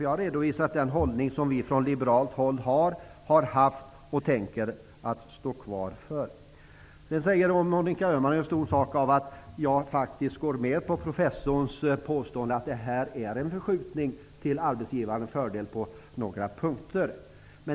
Jag har redovisat den hållning som vi från liberalt håll har, har haft och tänker stå fast vid. Monica Öhman gör stor sak av att jag går med på professorns påstående att detta är en förskjutning till arbetsgivarens fördel på några punkter.